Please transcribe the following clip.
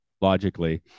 logically